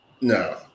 No